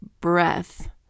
breath